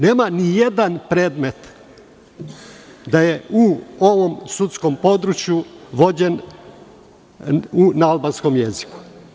Ne postoji nijedan predmet da je u ovom sudskom području vođen na albanskom jeziku.